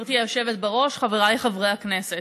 גברתי היושבת בראש, חבריי חברי הכנסת,